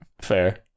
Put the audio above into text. Fair